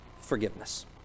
forgiveness